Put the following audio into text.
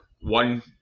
one